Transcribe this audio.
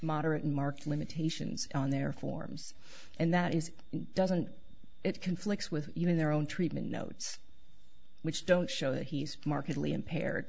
moderate mark limitations on their forms and that is doesn't it conflicts with their own treatment notes which don't show that he's markedly impaired